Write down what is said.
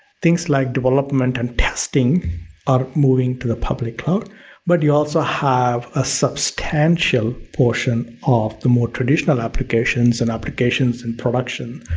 things like development and testing are moving to the public cloud but you also have a substantial portion of the more traditional applications and applications and production,